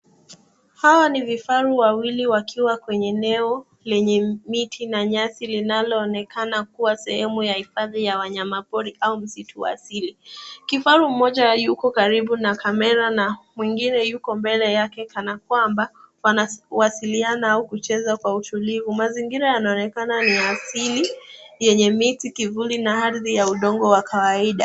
Hawa ni vifaru wawili wakiwa kwenye eneo lenye nyasi na miti linaloonekana kuwa sehemu ya hifadhi ya wanyapori au msitu wa asili. Kifaru mmoja yuko karibu na kamera na mwingine yuko mbele yake kanakwamba , wanawasiliana au kucheza kwa utulivu. Mazingira yanaonekana ni ya asili yenye miti, kivuli na ardhi ya udongo wa kawaida.